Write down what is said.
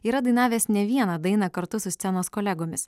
yra dainavęs ne vieną dainą kartu su scenos kolegomis